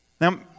Now